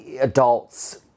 adults